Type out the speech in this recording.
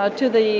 ah to the